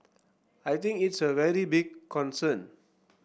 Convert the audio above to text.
I think it's a very big concern